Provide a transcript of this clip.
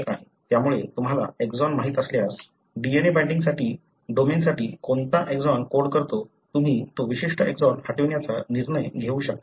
त्यामुळे तुम्हाला एक्सॉन माहित असल्यास DNA बाइंडिंग डोमेनसाठी कोणता एक्सॉन कोड करतो तुम्ही तो विशिष्ट एक्सॉन हटवण्याचा निर्णय घेऊ शकता